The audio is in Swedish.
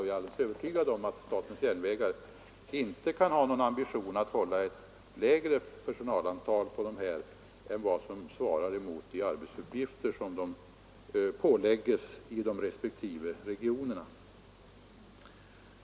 Jag är alldeles övertygad om att statens järnvägar inte kan ha någon ambition att hålla lägre personalantal på dessa enheter än vad som svarar mot de arbetsuppgifter som de påläpgs i de respektive regionerna.